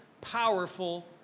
powerful